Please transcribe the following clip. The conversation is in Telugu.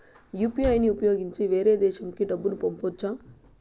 యు.పి.ఐ ని ఉపయోగించి వేరే దేశంకు డబ్బును పంపొచ్చా?